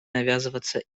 навязываться